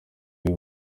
w’i